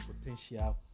potential